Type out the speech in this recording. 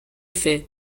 faits